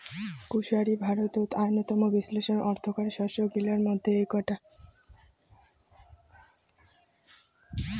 কুশারি ভারতত অইন্যতম বিশেষ অর্থকরী শস্য গিলার মইধ্যে এ্যাকটা